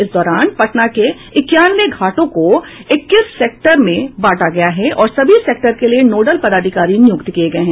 इस दौरान पटना के इक्यानवे घाटों को इक्कीस सेक्टर में बांटा गया है और सभी सेक्टर के लिये नोडल पदाधिकारी नियुक्त किये गये हैं